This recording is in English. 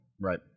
Right